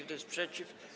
Kto jest przeciw?